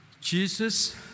Jesus